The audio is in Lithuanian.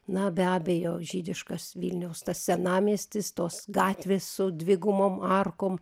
na be abejo žydiškas vilniaus senamiestis tos gatvės su dvigubom arkom